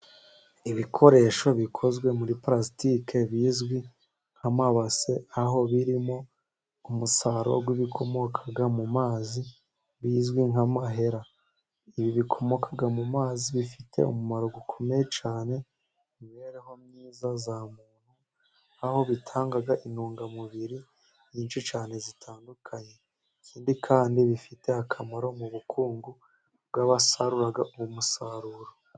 Ibikoresho bikozwe muri palasitike bizwi nk'amabase, aho birimo umusaruro w'ibikomoka mu mazi bizwi nk'amahera, ibi bikomoka mu mazi bifite umumaro ukomeye cyane, mu mibereho myiza ya muntu, aho bitanga intungamubiri nyinshi cyane zitandukanye, ikindi kandi bifite akamaro mu bukungu bw'abasarura uwo musaruro.